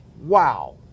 Wow